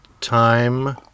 time